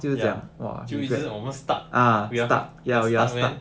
ya 就一直讲我们 stuck we are